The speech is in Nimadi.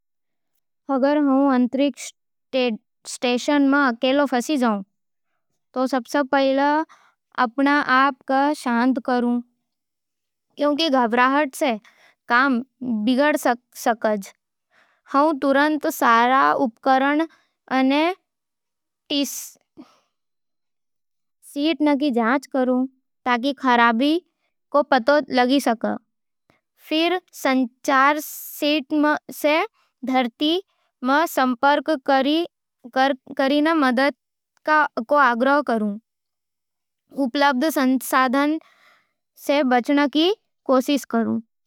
अगर मैं अंतरिक्ष स्टेशन में अकेलो फंस जावूं, तो सबसे पहले आपणे आप ने शांत करूँ, क्यूंकि घबराहट सै काम बिगड़ सकै है। मैं तुरंत सारे उपकरण अने सिस्टम ने जांच करूँ, ताकि खराबी को पता चल सके। फेर, संचार सिस्टम सै धरती सै संपर्क कर मदद रो आग्रह करूँ। उपलब्ध संसाधन से बचना की कोशिश करूँ।